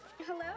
Hello